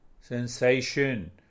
sensation